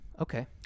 okay